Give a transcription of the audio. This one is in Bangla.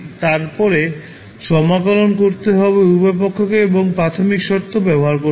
তারপরে সমাকলন করতে হবে উভয় পক্ষকেএবং প্রাথমিক শর্ত ব্যবহার করতে হবে